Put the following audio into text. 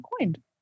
coined